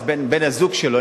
אז בן-הזוג שלו,